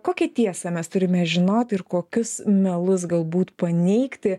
kokią tiesą mes turime žinoti ir kokius melus galbūt paneigti